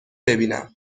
ببینم